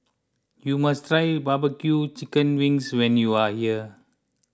you must try BBQ Chicken Wings when you are here